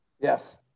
Yes